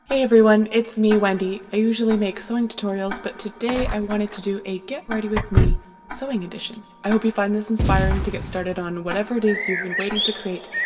hey everyone! it's me, wendy i usually make sewing tutorials but today i wanted to do a get ready with me sewing edition! i hope you find this inspiring to get started on whatever it is you've been waiting to create.